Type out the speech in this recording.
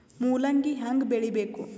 ಮೂಲಂಗಿ ಹ್ಯಾಂಗ ಬೆಳಿಬೇಕು?